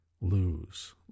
lose